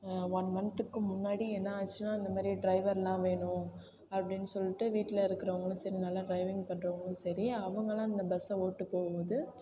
one மந்த்துக்கு முன்னாடி என்ன ஆச்சுன்னா இந்த மாதிரி டிரைவர்லாம் வேணும் அப்படின்னு சொல்லிட்டு வீட்டில் இருக்கிறவங்களும் சரி நல்லா ட்ரைவிங் பண்ணுறவங்களும் சரி அவங்கெல்லாம் இந்த பஸ்ஸை ஓட்டி போகும்போது